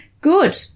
Good